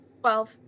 Twelve